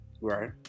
Right